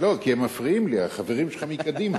לא, כי הם מפריעים לי, החברים שלך מקדימה.